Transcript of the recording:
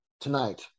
tonight